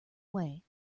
way